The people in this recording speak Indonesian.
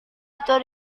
itu